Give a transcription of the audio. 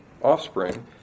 offspring